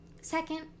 Second